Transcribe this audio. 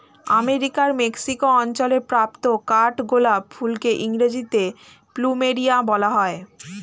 আমেরিকার মেক্সিকো অঞ্চলে প্রাপ্ত কাঠগোলাপ ফুলকে ইংরেজিতে প্লুমেরিয়া বলা হয়